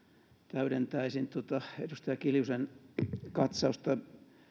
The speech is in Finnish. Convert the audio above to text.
täydentäisin edustaja kiljusen katsausta